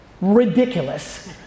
ridiculous